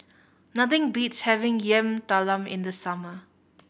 nothing beats having Yam Talam in the summer